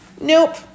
Nope